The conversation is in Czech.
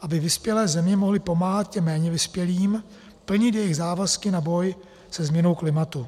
aby vyspělé země mohly pomáhat těm méně vyspělým plnit jejich závazky na boj se změnou klimatu.